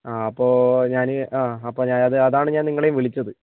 ആ അപ്പോൾ ഞാനീ ആ അപ്പം ഞാനത് അതാണ് ഞാൻ നിങ്ങളേം വിളിച്ചത്